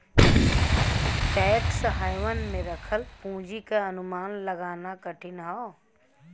tax haven में रखल पूंजी क अनुमान लगाना कठिन हौ